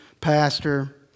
pastor